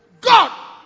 god